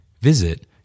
Visit